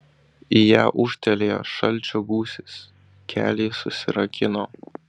į ją ūžtelėjo šalčio gūsis keliai susirakino